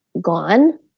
gone